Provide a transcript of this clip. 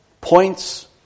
points